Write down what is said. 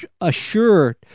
assured